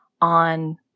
on